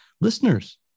listeners